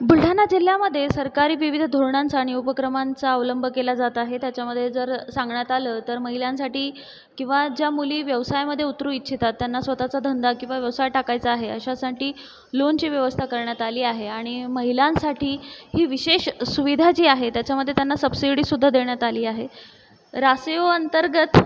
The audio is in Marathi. बुलढाणा जिल्हामध्ये सरकारी विविध धोरणांचा आणि उपक्रमाचा अवलंब केला जात आहे त्याच्यामध्ये जर सांगण्यात आलं तर महिलांसाठी किंवा ज्या मुली व्यवसायामध्ये उतरू इच्छितात त्यांना स्वतःचा धंदा किंवा व्यवसाय टाकायचा आहे अशासाठी लोनची व्यवस्था करण्यात आली आहे आणि महिलांसाठी ही विशेष सुविधा जी आहे त्याच्यामध्ये त्यांना सबसिडीसुद्धा देण्यात आली आहे राखीव अंतर्गत